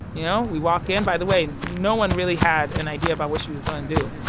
you know, we walk in. by the way, no one really had an idea about what she was going to do.